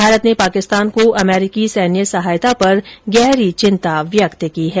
भारत ने पाकिस्तान को अमरीकी सैन्य सहायता पर गहरी चिन्ता व्याक्त की है